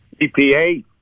EPA